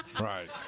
Right